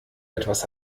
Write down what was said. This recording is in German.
etwas